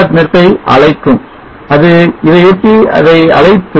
net ஐ அழைக்கும் அது இதையொட்டி ஐ அழைக்கும்